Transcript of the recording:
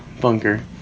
bunker